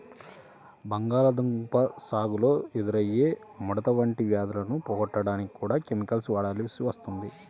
బంగాళాదుంప సాగులో ఎదురయ్యే ముడత వంటి వ్యాధులను పోగొట్టడానికి కూడా కెమికల్స్ వాడాల్సి వస్తుంది